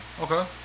Okay